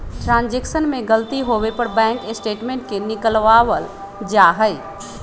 transaction में गलती होवे पर बैंक स्टेटमेंट के निकलवावल जा हई